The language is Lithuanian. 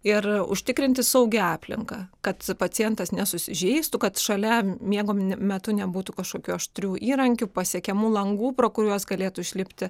ir užtikrinti saugią aplinką kad pacientas nesusižeistų kad šalia miego metu nebūtų kažkokių aštrių įrankių pasiekiamų langų pro kuriuos galėtų išlipti